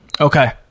Okay